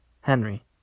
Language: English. henry